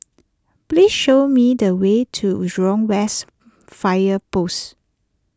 please show me the way to Jurong West Fire Post